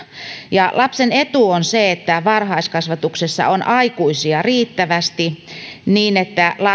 ja lapsen etu on se että varhaiskasvatuksessa on aikuisia riittävästi niin että